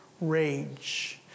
rage